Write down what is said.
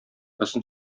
озын